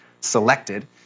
selected